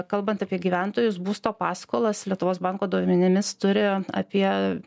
kalbant apie gyventojus būsto paskolas lietuvos banko duomenimis turi apie